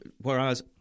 whereas